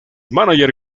mánager